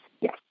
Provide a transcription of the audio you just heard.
yes